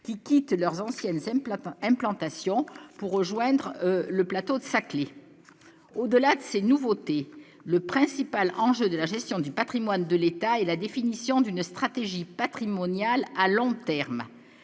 qui quittent leurs anciennes simple implantation pour rejoindre le plateau de Saclay, au-delà de ces nouveautés, le principal enjeu de la gestion du Patrimoine de l'État et la définition d'une stratégie patrimoniale à long terme,